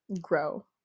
grow